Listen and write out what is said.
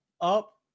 Up